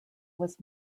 was